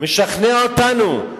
משכנע אותנו,